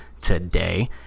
today